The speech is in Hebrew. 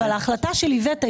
אבל ההחלטה של איווט,